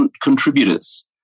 contributors